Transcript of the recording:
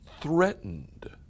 threatened